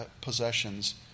possessions